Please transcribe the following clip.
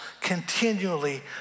continually